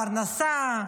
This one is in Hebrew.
בפרנסה,